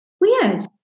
weird